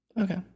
Okay